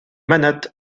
manates